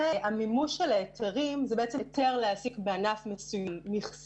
והמימוש של ההיתרים זה בעצם היתר להעסיק בענף מסוים,